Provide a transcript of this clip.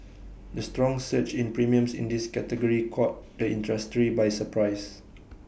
the strong surge in premiums in this category caught the industry by surprise